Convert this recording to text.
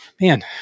Man